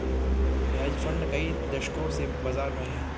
hedge fund कई दशकों से बाज़ार में हैं